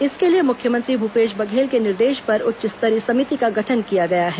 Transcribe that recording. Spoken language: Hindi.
इसके लिए मुख्यमंत्री भूपेश बधेल के निर्देश पर उच्च स्तरीय समिति का गठन किया गया है